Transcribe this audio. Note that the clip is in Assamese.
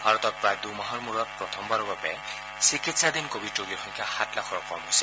ভাৰতত প্ৰায় দুমাহৰ মূৰত প্ৰথমবাৰৰ বাবে চিকিৎসাধীন কোৱিড ৰোগীৰ সংখ্যা সাত লাখৰো কম হৈছে